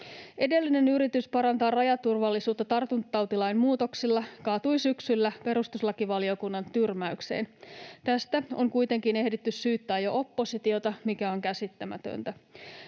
Edellinen yritys parantaa rajaturvallisuutta tartuntatautilain muutoksilla kaatui syksyllä perustuslakivaliokunnan tyrmäykseen. Tästä on kuitenkin ehditty syyttää jo oppositiota, mikä on käsittämätöntä.